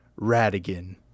Radigan